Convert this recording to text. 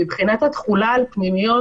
מבחינת התחולה על פנימיות,